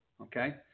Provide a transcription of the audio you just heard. Okay